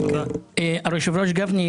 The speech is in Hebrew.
אדוני היושב-ראש גפני,